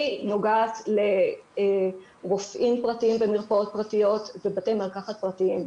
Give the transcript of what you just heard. נוגעת לרופאים פרטיים במרפאות פרטיות ובתי מרקחת פרטיים.